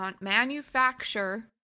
manufacture